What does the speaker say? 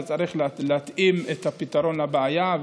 וצריך להתאים את הפתרון לבעיה,